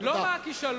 לא מה הכישלון,